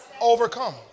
Overcome